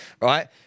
right